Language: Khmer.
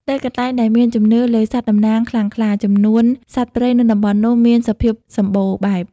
នៅកន្លែងដែលមានជំនឿលើសត្វតំណាងខ្លាំងក្លា ចំនួនសត្វព្រៃនៅតំបន់នោះមានសភាពសំបូរបែប។